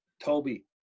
toby